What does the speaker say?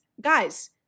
guys